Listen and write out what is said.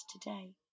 today